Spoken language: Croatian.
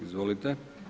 Izvolite.